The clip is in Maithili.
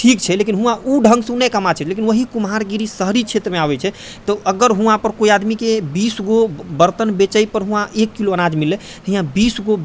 ठीक छै लेकिन उहाँ उ ढङ्गसँ नहि कमा छै लेकिन वही कुम्हारगिरी शहरी क्षेत्रमे आबै छै तऽ अगर उहाँपर कोइ आदमीके बीसगो बर्तन बेचैपर उहाँ एक किलो अनाज मिललै हियाँ बीसगो